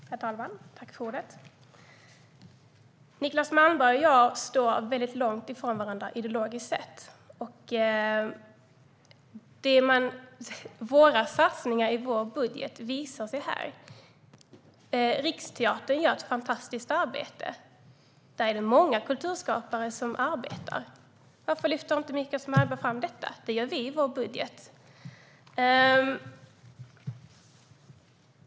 Herr talman! Niclas Malmberg och jag står väldigt långt ifrån varandra ideologiskt sett. Våra satsningar i vår budget visar sig här. Riksteatern gör ett fantastiskt arbete. Där är det många kulturskapare som arbetar. Varför lyfter inte Niclas Malmberg fram detta? Det gör vi i vår budget.